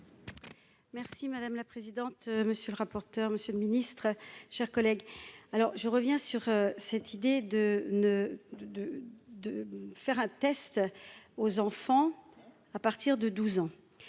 Merci madame la présidente, monsieur le rapporteur, monsieur le Ministre, chers collègues, alors je reviens sur cette idée de ne de, de faire un test aux enfants à partir de 12 ans